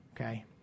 okay